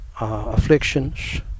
afflictions